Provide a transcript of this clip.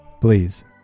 Please